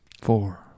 Four